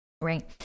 Right